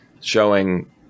showing